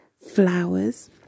Flowers